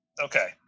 okay